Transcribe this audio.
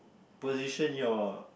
position your